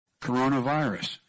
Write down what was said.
Coronavirus